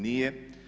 Nije.